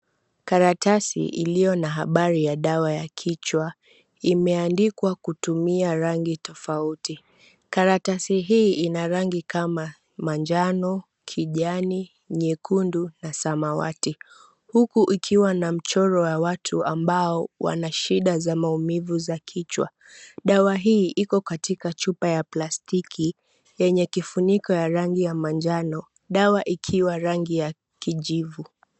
Karatasi iliyo na habari ya dawa ya kichwa imeandikwa kutumia rangi tofauti. Karatasi hii ina rangi kama manjano, kijani, nyekundu na samawati. Huku ikiwa na mchoro ya watu ambao wana shida za maumivu za kichwa. Dawa hii iko katika chupa ya plastiki yenye kifuniko ya rangi ya manjano, dawa ikiwa rangi ya kijivu.